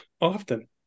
often